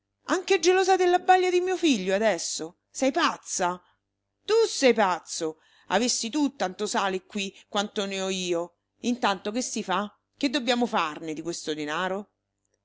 anche gelosa della balia di mio figlio adesso sei pazza tu sei pazzo avessi tu tanto sale qui quanto ne ho io intanto che si fa che dobbiamo farne di questo denaro